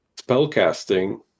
spellcasting